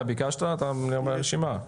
אתה ביקשת, אתה ברשימה.